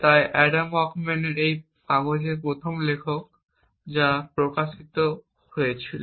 তাই Adam Waksman এই কাগজের প্রথম লেখক যা প্রকাশিত হয়েছিল